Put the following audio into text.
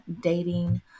dating